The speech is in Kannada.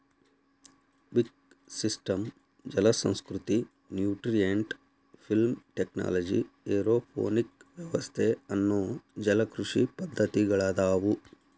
ವಿಕ್ ಸಿಸ್ಟಮ್ ಜಲಸಂಸ್ಕೃತಿ, ನ್ಯೂಟ್ರಿಯೆಂಟ್ ಫಿಲ್ಮ್ ಟೆಕ್ನಾಲಜಿ, ಏರೋಪೋನಿಕ್ ವ್ಯವಸ್ಥೆ ಅನ್ನೋ ಜಲಕೃಷಿ ಪದ್ದತಿಗಳದಾವು